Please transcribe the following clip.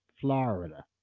Florida